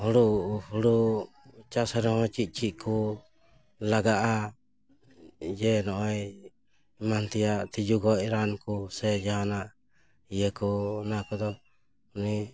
ᱦᱩᱲᱩ ᱦᱩᱲᱩ ᱪᱟᱥ ᱨᱮᱦᱚᱸ ᱪᱮᱫ ᱪᱮᱫ ᱠᱚ ᱞᱟᱜᱟᱼᱟ ᱡᱮ ᱱᱚᱜᱼᱚᱭ ᱮᱢᱟᱱ ᱛᱮᱭᱟᱜ ᱛᱤᱡᱩ ᱜᱚᱡ ᱨᱟᱱ ᱠᱚ ᱥᱮ ᱡᱟᱦᱟᱱᱟᱜ ᱤᱭᱟᱹ ᱠᱚ ᱚᱱᱟ ᱠᱚᱫᱚ ᱩᱱᱤ